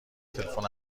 تلفن